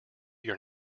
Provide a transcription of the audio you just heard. your